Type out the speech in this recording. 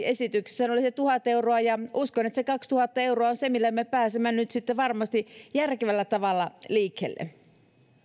esityksessähän se oli tuhat euroa ja uskon että se kaksituhatta euroa on se millä me me pääsemme nyt sitten varmasti järkevällä tavalla liikkeelle